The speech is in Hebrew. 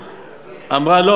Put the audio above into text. אמרה: לא,